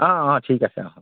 অঁ অঁ ঠিক আছে অঁ অঁ